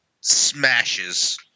smashes